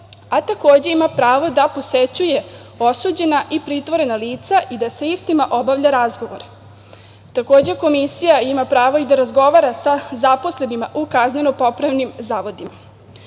a takođe ima pravo da posećuje osuđena i pritvorena lica i da sa istima obavlja razgovore. Takođe, komisija ima pravo i da razgovara sa zaposlenima u kazneno-popravnim zavodima. Ono